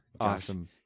Awesome